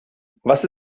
was